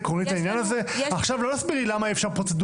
לא להסביר לי עכשיו למה אי אפשר פרוצדורלית.